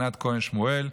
ענת כהן שמואל,